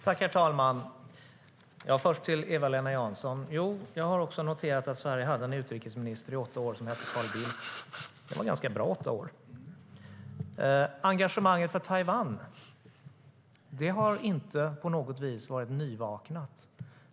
Herr talman! Jag vill först säga till Eva-Lena Jansson: Jo, jag har noterat att Sverige i åtta år hade en utrikesminister som hette Carl Bildt. Det var ganska bra åtta år. Engagemanget för Taiwan är inte på något vis nyvaknat.